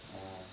orh